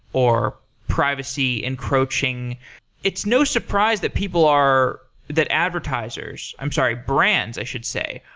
or privacy encroaching it's no surprise that people are that advertisers i'm sorry. brands, i should say,